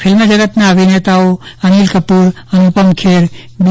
film જગતના અભિનેતાઓ અનિલકપૂર અનુપમપેર બી